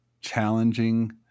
challenging